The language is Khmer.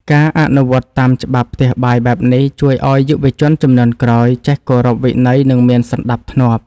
ការអនុវត្តតាមច្បាប់ផ្ទះបាយបែបនេះជួយឱ្យយុវជនជំនាន់ក្រោយចេះគោរពវិន័យ និងមានសណ្តាប់ធ្នាប់។